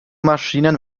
maschinen